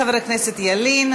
חבר הכנסת ילין,